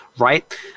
right